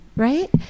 Right